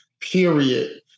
period